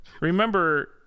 remember